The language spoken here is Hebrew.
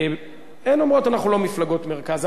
הן אומרות: אנחנו לא מפלגות מרכז.